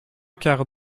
quart